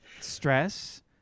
stress